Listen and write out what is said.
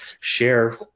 share